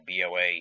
BOA